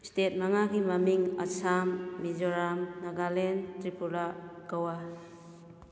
state ꯃꯉꯥꯒꯤ ꯃꯃꯤꯡ ꯑꯥꯁꯥꯝ ꯃꯤꯖꯣꯔꯥꯝ ꯅꯥꯒꯥꯂꯦꯟ ꯇ꯭ꯔꯤꯄꯨꯔꯥ ꯒꯥꯋꯥ